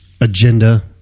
agenda